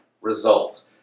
result